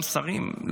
גם שרים,